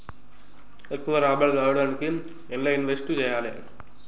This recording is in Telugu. ఎక్కువ రాబడి రావడానికి ఎండ్ల ఇన్వెస్ట్ చేయాలే?